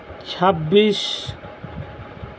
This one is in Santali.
ᱪᱷᱟᱵᱵᱤᱥ